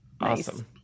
Awesome